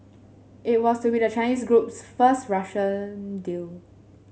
it was to be the Chinese group's first Russian deal